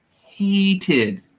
hated